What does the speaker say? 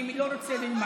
ואם היא לא רוצה ללמוד,